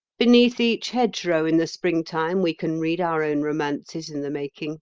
beneath each hedgerow in the springtime we can read our own romances in the making